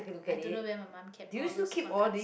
i don't know where my mum kept all those phone cards